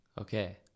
Okay